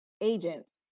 agents